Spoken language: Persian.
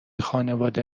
خانواده